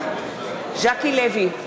ז'קי לוי,